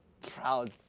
proud